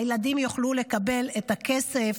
הילדים יוכלו לקבל את הכסף,